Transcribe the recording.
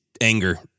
anger